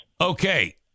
Okay